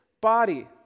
body